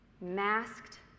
masked